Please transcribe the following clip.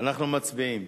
אנחנו מצביעים.